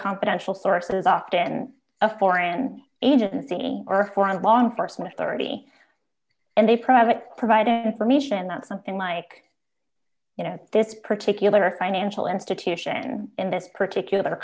confidential sources often a foreign agency or for law enforcement authority and they private provided information that something like you know at this particular financial institution in this particular